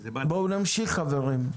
בואו נמשיך, חברים.